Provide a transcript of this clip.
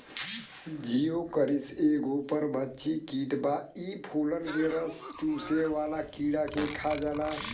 Geocoris एगो परभक्षी कीट बा इ फूलन के रस चुसेवाला कीड़ा के खा जाला